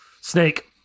Snake